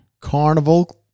Carnival